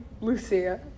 Lucia